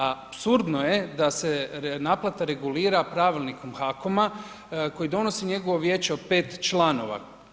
Apsurdno je da se naplata regulira pravilnikom HAKOM-a koje donosi njegovo vijeće od 5 članova.